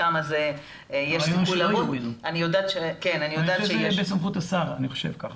אני חושב שזה בסמכות השר.